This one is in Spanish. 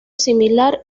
similar